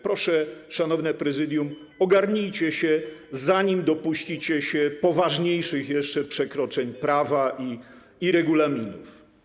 Proszę, szanowne Prezydium, ogarnijcie się, zanim dopuścicie się poważniejszych jeszcze przekroczeń prawa i regulaminów.